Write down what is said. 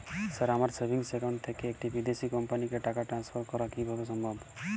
Sir আমার savings account থেকে একটি বিদেশি কোম্পানিকে টাকা ট্রান্সফার করা কীভাবে সম্ভব?